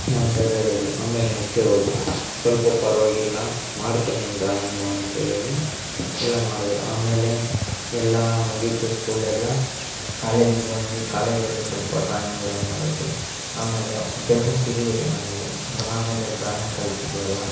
ನಮ್ಮ ಸರ್ ಹೇಳಿದ್ರು ಆಮೇಲೆ ನೆಕ್ಸ್ಟ್ ಡೇ ಹೋದ್ವಿ ಸ್ವಲ್ಪ ಪರವಾಗಿಲ್ಲ ಮಾಡ್ತೀಯ ನೀನು ಡ್ರಾಯಿಂಗು ಅಂತ ಹೇಳಿ ಎಲ್ಲ ಮಾಡಿದ್ರು ಆಮೇಲೆ ಎಲ್ಲ ಮುಗಿಯಿತು ಸ್ಕೂಲೆಲ್ಲ ಕಾಲೇಜಿಗೆ ಬಂದ್ವಿ ಕಾಲೇಜಲ್ಲೂ ಸ್ವಲ್ಪ ಡ್ರಾಯಿಂಗ್ ಎಲ್ಲ ಮಾಡಿದ್ವಿ ಆಮೇಲೆ ಕೆಲಸ ಸಿಗಲಿಲ್ಲ ನಮಗೆ ಆಮೇಲೆ ಡ್ರಾಯಿಂಗ್ ಕಲ್ತಿದ್ದೆವು ಅಲ್ವಾ